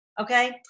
Okay